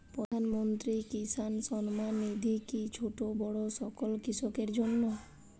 প্রধানমন্ত্রী কিষান সম্মান নিধি কি ছোটো বড়ো সকল কৃষকের জন্য?